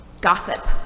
gossip